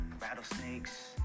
rattlesnakes